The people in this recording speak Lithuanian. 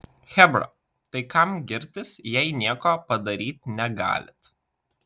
chebra tai kam girtis jei nieko padaryt negalit